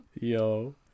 Yo